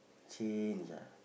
change ah